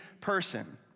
person